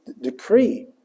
decree